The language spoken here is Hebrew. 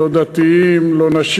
לא דתיים,